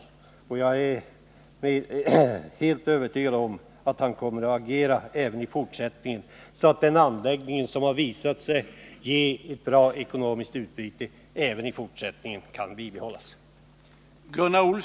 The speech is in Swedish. Jag är helt övertygad om att han kommer att agera även i fortsättningen så att den anläggning som visat sig ge ett bra ekonomiskt utbyte även i fortsättningen kan bibehållas.